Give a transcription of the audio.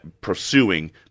pursuing